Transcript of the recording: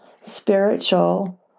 spiritual